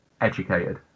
educated